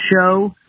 show